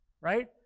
Right